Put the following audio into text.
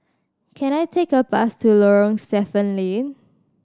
can I take a bus to Lorong Stephen Lee